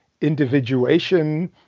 individuation